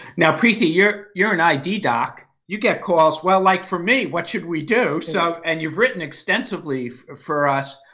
no preeti you're you're an id doc. you get calls well like from me, what should we do? so and you've written extensively for us.